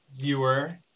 viewer